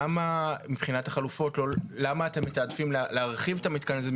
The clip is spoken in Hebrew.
למה מבחינת החלופות אתם מתעדפים להרחיב את המתקן הזה,